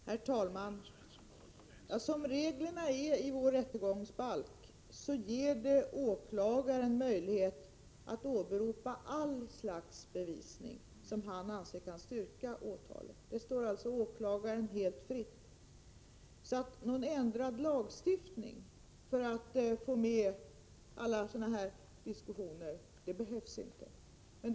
Herr talman! Reglerna i vår rättegångsbalk ger åklagaren möjlighet att åberopa allt slags bevisning som han anser kan styrka åtalet. Det står alltså åklagaren helt fritt. Någon ändrad lagstiftning för att få med alla sådana här diskussioner behövs sålunda inte.